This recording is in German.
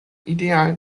idealen